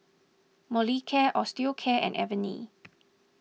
Molicare Osteocare and Avene